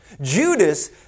Judas